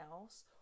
else